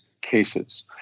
cases